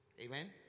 Amen